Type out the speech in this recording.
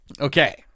Okay